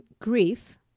grief